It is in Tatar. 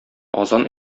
азан